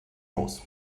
aus